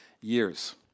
years